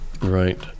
Right